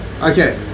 Okay